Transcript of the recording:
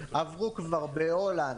עברו כבר בהולנד,